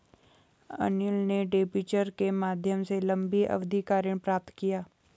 अनिल ने डिबेंचर के माध्यम से लंबी अवधि का ऋण प्राप्त किया